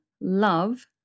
love